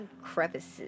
crevices